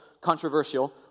controversial